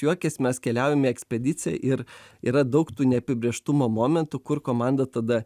juokias mes keliaujam į ekspedicija ir yra daug tų neapibrėžtumo momentų kur komanda tada